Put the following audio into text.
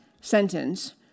sentence